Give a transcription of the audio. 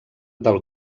del